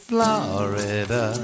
Florida